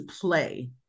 play